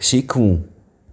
શીખવું